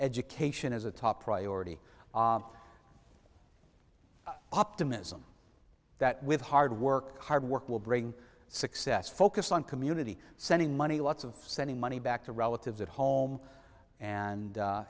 education is a top priority optimism that with hard work hard work will bring success focus on community sending money lots of sending money back to relatives at home and